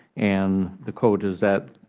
and the quote is that